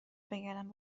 بگردم